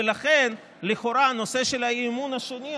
ולכן לכאורה הנושא של האי-אמון השני,